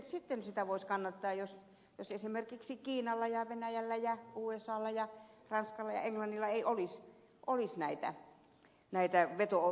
sitten sitä voisi kannattaa jos esimerkiksi kiinalla venäjällä usalla ranskalla ja englannilla ei olisi veto oikeutta